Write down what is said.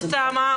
אוסאמה,